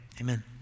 amen